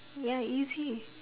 ya easy